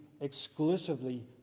exclusively